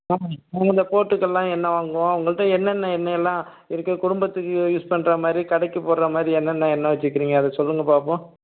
ஆ ஆ இந்த போட்டுக்கெல்லாம் எண்ணெய் வாங்குவோம் உங்கள்கிட்ட என்னென்ன எண்ணெயெல்லாம் இருக்குது குடும்பத்துக்கு யூஸ் பண்ணுற மாதிரி கடைக்கு போடுற மாதிரி என்னென்ன எண்ணெய் வச்சுருக்கிறீங்க அதை சொல்லுங்கள் பார்ப்போம்